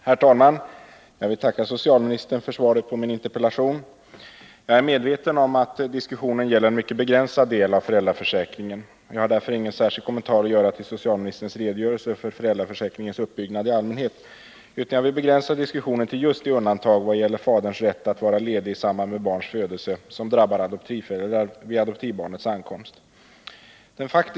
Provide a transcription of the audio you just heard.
Herr talman! Jag vill tacka socialministern för svaret på min interpellation. Jag är medveten om att diskussionen gäller en mycket begränsad del av föräldraförsäkringen. Jag har därför ingen särskild kommentar att göra till socialministerns redogörelse för föräldraförsäkringens uppbyggnad i allmänhet, utan jag vill begränsa diskussionen till just det undantag i vad gäller faderns rätt att vara ledig i samband med barns födelse som drabbar adoptivföräldrar vid adoptivbarnets ankomst.